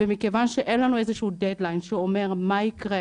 מכיוון שאין לנו איזשהו דדליין שאומר מה יקרה,